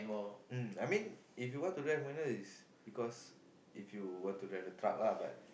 uh I mean if you want drive minor is because if you want to drive a truck lah but